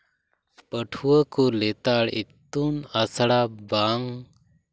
ᱯᱟᱹᱴᱷᱩᱣᱟᱹ ᱠᱚ ᱞᱮᱛᱟᱲ ᱤᱛᱩᱱ ᱟᱥᱲᱟ ᱵᱟᱝ